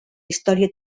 història